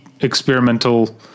experimental